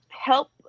help